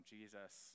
Jesus